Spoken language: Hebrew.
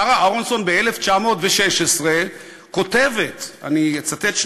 שרה אהרונסון ב-1916 כותבת, אני אצטט.